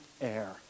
air